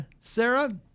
Sarah